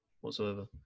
whatsoever